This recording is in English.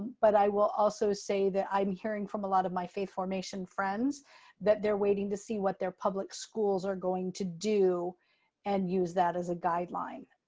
but i will also say that i'm hearing from a lot of my faith formation friends that they're waiting to see what their public schools are going to do and use that as a guideline.